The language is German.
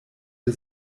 der